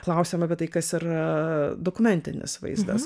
klausiam bet tai kas yra dokumentinis vaizdas